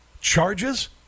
charges